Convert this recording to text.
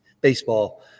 baseball